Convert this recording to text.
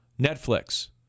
Netflix